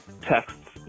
texts